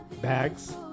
Bags